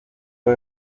fué